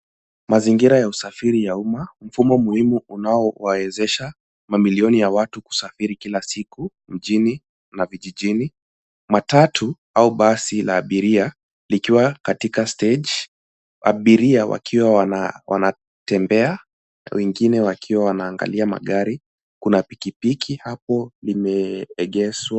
Mazingira ya usafiri ya umma; mfumo muhimu unaowawezesha mamilioni ya watu kusafiri kila siku mjini na vijijini. Matatu au basi la abiria likiwa katika stage . Abiria wakiwa wanatembea, wengine wakiwa wanaangalia magari. Kuna pikipiki hapo limeegeshwa.